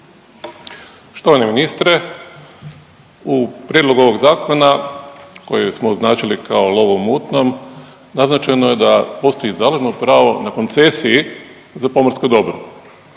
Štovani ministre, u prijedlogu ovog zakona koji smo označili kao lov u mutnom naznačeno je da postoji založno pravo na koncesiji za pomorsko dobro